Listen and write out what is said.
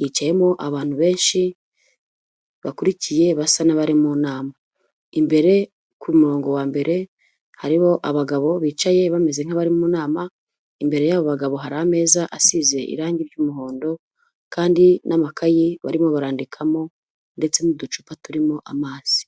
Yicayemo abantu benshi bakurikiye basa n'abari mu nama, imbere ku murongo wa mbere hariho abagabo bicaye bameze nk'abari mu nama, imbere y'abo bagabo hari ameza asize irangi ry'umuhondo kandi n'amakayi barimo barandikamo ndetse n'uducupa turimo amazi.